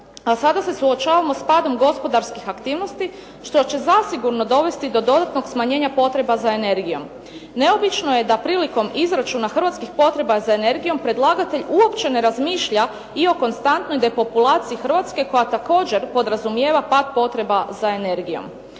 a sada se suočavamo s padom gospodarskih aktivnosti što će zasigurno dovesti do dodatnog smanjenja potreba za energijom. Neobično je da prilikom izračuna hrvatskih potreba za energijom predlagatelj uopće ne razmišlja i o konstantnoj depopulaciji Hrvatske koja također podrazumijeva pad potreba za energijom.